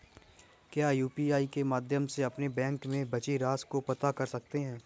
क्या यू.पी.आई के माध्यम से अपने बैंक में बची राशि को पता कर सकते हैं?